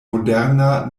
moderna